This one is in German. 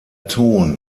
ton